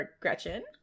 Gretchen